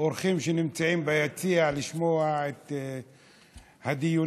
אורחים שנמצאים ביציע לשמוע את הדיונים,